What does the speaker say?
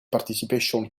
participation